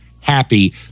happy